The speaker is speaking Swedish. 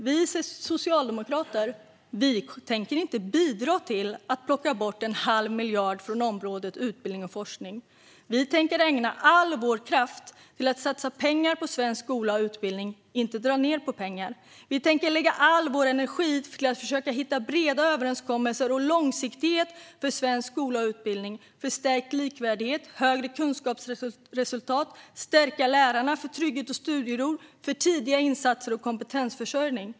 Vi socialdemokrater tänker inte bidra till att dra bort en halv miljard på området utbildning och forskning. Vi tänker ägna all vår kraft åt att satsa pengar på svensk skola och utbildning, inte att dra ned på pengar. Vi tänker lägga all vår energi på att försöka hitta breda överenskommelser och långsiktighet för svensk skola och utbildning för en stärkt likvärdighet, för högre kunskapsresultat, för att stärka lärarna, för trygghet och studiero, för tidiga insatser och för kompetensförsörjning.